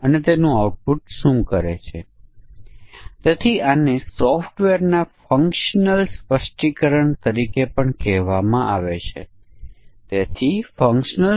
તો શું તે બધી ઇમેજ ના વર્ગોને હેન્ડલ કરે છે કે કેમ